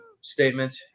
statement